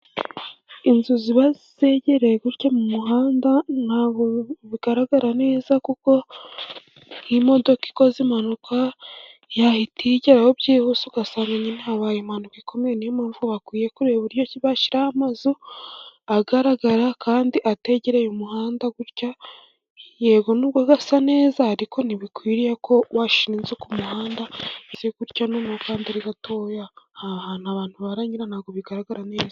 Inzu ziba zegereye gutya mu muhanda ntabwo bigaragara neza, kuko nk'modoka ikoze impanuka yahita igeraho byihuse, ugasanga habaye impanuka ikomeye. Ni yo mpamvu bakwiye kureba uburyo bashyiraho amazu agaragara kandi atagereye umuhanda gutya. Yego nubwo gasa neza, ariko ntibikwiriye ko washyira inzu ku muhanda umeze gutya n'umukandari gatoya aha hantu abantu baranyera ntabwogo bigaragara neza